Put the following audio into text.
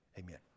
Amen